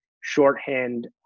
shorthand